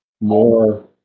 more